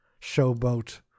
showboat